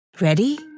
Ready